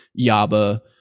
Yaba